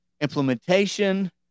implementation